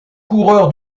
coureur